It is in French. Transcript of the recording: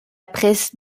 presse